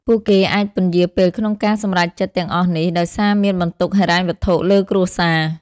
ពួកគេអាចពន្យារពេលក្នុងការសម្រេចចិត្តទាំងអស់នេះ ដោយសារមានបន្ទុកហិរញ្ញវត្ថុលើគ្រួសារ។